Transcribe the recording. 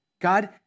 God